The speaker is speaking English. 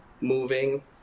moving